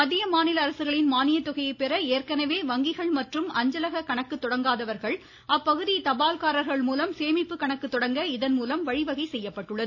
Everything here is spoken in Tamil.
மத்திய மாநில அரசுகளின் மானியத்தொகையை பெற ஏற்கனவே வங்கிகள் மற்றும் அஞ்சலக கணக்கு தொடங்காதவர்கள் அப்பகுதி தபால்காரர்கள் மூலம் சேமிப்பு கணக்கு தொடங்க இதன் மூலம் வழிவகை செய்யப்பட்டுள்ளது